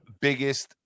biggest